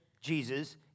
Jesus